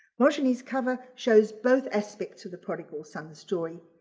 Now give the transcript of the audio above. mojini's cover shows both aspects of the prodigal son story.